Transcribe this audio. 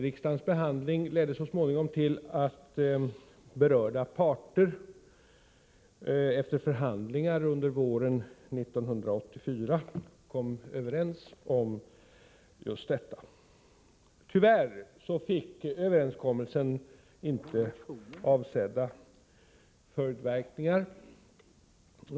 Riksdagsbehandlingen ledde så småningom till att berörda parter efter förhandlingar under våren 1984 kom överens om just detta. Tyvärr fick överenskommelsen vissa inte avsedda följdverkningar.